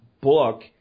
book